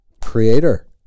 creator